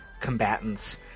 combatants